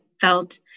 felt